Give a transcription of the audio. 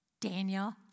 Daniel